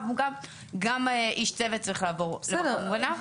מוגן גם איש צוות צריך לעבור למרחב מוגן.